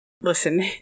Listen